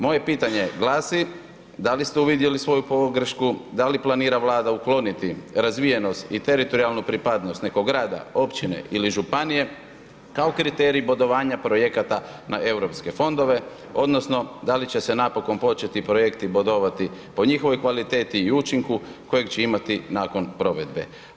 Moje pitanje glasi da li ste uvidjeli svoju pogrešku, da li planira Vlada ukloniti razvijenost i teritorijalnu pripadnost nego grada, općine ili županije, kao kriterij bodovanja projekata na eu fondove odnosno da li će se napokon početi projekti bodovati po njihovoj kvaliteti i učinku kojeg će imati nakon provedbe.